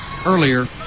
earlier